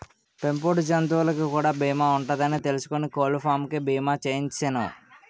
పెంపుడు జంతువులకు కూడా బీమా ఉంటదని తెలుసుకుని కోళ్ళపాం కి బీమా చేయించిసేను